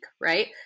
right